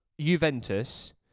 Juventus